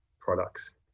products